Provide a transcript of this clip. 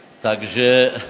takže